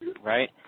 right